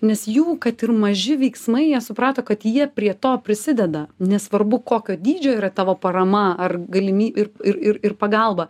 nes jų kad ir maži veiksmai jie suprato kad jie prie to prisideda nesvarbu kokio dydžio yra tavo parama ar galimy ir ir ir pagalba